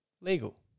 legal